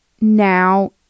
now